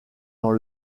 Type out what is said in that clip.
dans